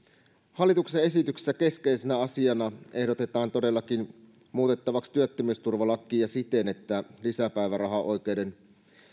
hallituksen esityksessä keskeisenä asiana ehdotetaan todellakin muutettavaksi työttömyysturvalakia siten että lisäpäivärahaoikeuden